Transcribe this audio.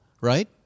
right